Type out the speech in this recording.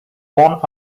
one